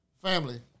Family